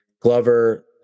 Glover